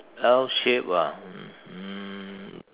L shape ah um